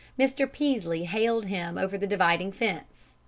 mr. peaslee hailed him over the dividing fence.